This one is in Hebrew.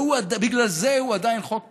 ובגלל זה הוא עדיין חוק פרסונלי,